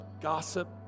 gossip